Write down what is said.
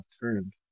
turned